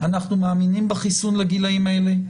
אנחנו מאמינים בחיסון לגילאים האלה,